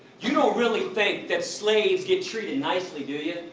you don't really think that slaves get treated nicely, do you?